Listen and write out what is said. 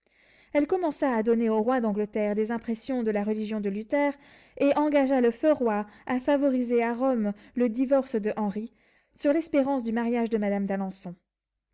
elle commença à donner au roi d'angleterre des impressions de la religion de luther et engagea le feu roi à favoriser à rome le divorce de henri sur l'espérance du mariage de madame d'alençon